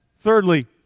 thirdly